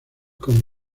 con